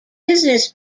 business